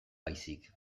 baizik